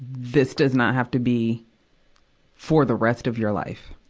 this does not have to be for the rest of your life.